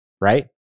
right